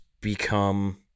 become